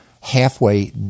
halfway